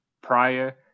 prior